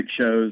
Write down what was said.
shows